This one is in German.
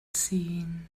ziehen